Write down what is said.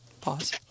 pause